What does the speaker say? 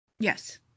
Yes